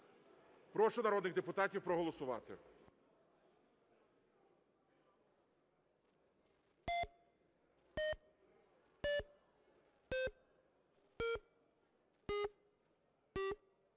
Прошу народних депутатів проголосувати.